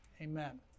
Amen